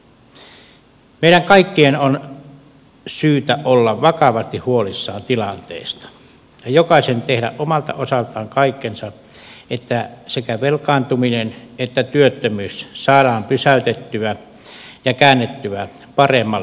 meidän kaikkien on syytä olla vakavasti huolissamme tilanteesta ja jokaisen tehdä omalta osaltaan kaikkensa että sekä velkaantuminen että työttömyys saadaan pysäytettyä ja käännettyä paremmalle uralle